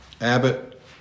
Abbott